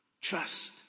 Trust